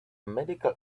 medical